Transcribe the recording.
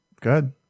good